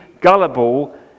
gullible